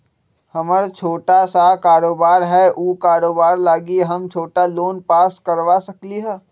हमर छोटा सा कारोबार है उ कारोबार लागी हम छोटा लोन पास करवा सकली ह?